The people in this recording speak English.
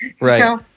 Right